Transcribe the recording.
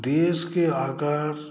देशके आकार